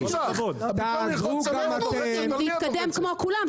אנחנו רוצים להתקדם כמו כולם,